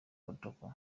protocol